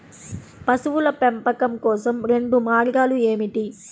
పశువుల పెంపకం కోసం రెండు మార్గాలు ఏమిటీ?